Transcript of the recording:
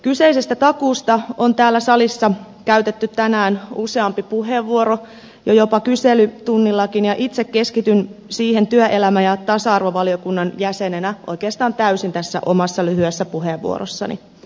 kyseisestä takuusta on täällä salissa käytetty tänään useampi puheenvuoro jopa kyselytunnillakin ja itse keskityn siihen oikeastaan täysin työelämä ja tasa arvovaliokunnan jäsenenä tässä omassa lyhyessä puheenvuorossani